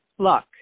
luck